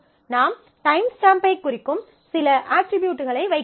நாம் டைம்ஸ்டாம்ப்பைக் குறிக்கும் சில அட்ரிபியூட்களை வைக்கலாம்